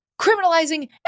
criminalizing